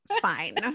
fine